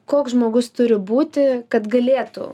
koks žmogus turi būti kad galėtų